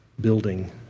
building